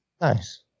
Nice